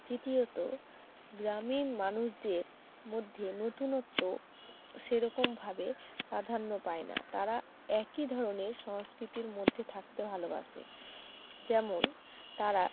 তৃতীয়ত গ্রামীণ মানুষদের মধ্যে নতুনত্ব সেরকমভাবে প্রাধান্য পায়না তারা একই ধরনের সংস্কৃতির মধ্যে থাকতে ভালোবাসে যেমন তারা